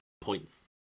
points